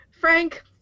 Frank